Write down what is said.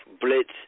blitz